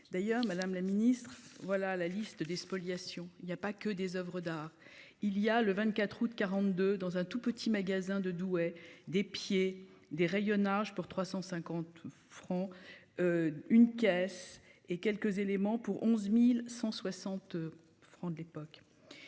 D'ailleurs Madame la Ministre voilà la liste des spoliations. Il y a pas que des Oeuvres d'art, il y a le 24 août 42 dans un tout petit magasin de Douai des pieds des rayonnages pour 350 francs. Une caisse et quelques éléments pour 11.160 francs de l'époque.